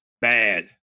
bad